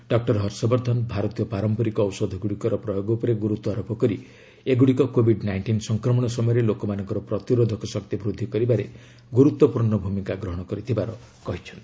doctor Harshvardhan ଭାରତୀୟ ପାରମ୍ପରିକ ଔଷଧଗୁଡ଼ିକର ପ୍ରୟୋଗ ଉପରେ ଗୁରୁତ୍ୱାରୋପ କରି ଏଗୁଡ଼ିକ କୋଭିଡ୍ ନାଇଷ୍ଟିନ୍ ସଂକ୍ରମଣ ସମୟରେ ଲୋକମାନଙ୍କର ପ୍ରତିରୋଧକ ଶକ୍ତି ବୃଦ୍ଧି କରିବାରେ ଗୁରୁତ୍ୱପୂର୍ଣ୍ଣ ଭୂମିକା ଗ୍ରହଣ କରିଥିବାର କହିଛନ୍ତି